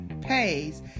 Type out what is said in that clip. pays